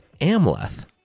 Amleth